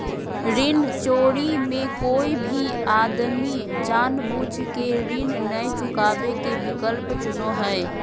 ऋण चोरी मे कोय भी आदमी जानबूझ केऋण नय चुकावे के विकल्प चुनो हय